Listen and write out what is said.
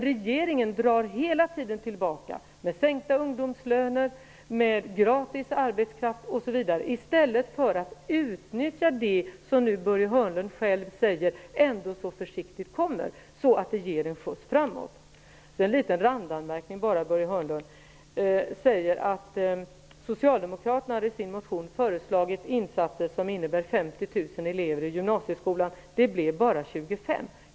Regeringen drar hela tiden bakåt med sänkta ungdomslöner, gratis arbetskraft osv. I stället bör man utnyttja den utveckling som Börje Hörnlund själv säger ändå så försiktigt kommer så att vi får en skjuts framåt. Jag vill också göra en liten randanmärkning. Börje Hörnlund säger att socialdemokraterna i sin motion har föreslagit insatser som innebär 50 000 elever i gymnasieskolan. Det blev bara 25 000.